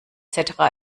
cetera